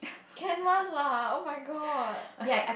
can one lah oh-my-god